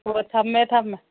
ꯑꯣ ꯊꯝꯃꯦ ꯊꯝꯃꯦ